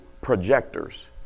projectors